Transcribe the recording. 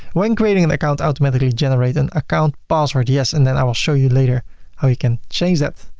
when creating an account automatically, generate an account password, yes and then i will show you later how you can change that.